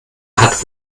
hat